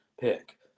pick